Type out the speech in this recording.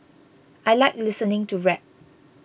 I like listening to rap